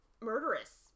murderous